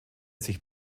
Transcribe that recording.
sich